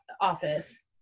office